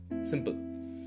simple